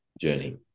journey